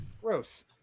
Gross